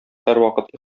һәрвакыт